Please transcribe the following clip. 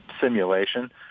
simulation